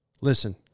listen